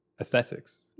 aesthetics